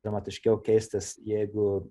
dramatiškiau keistis jeigu